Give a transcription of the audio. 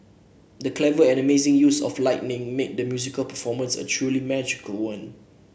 the clever and amazing use of lighting made the musical performance a truly magical one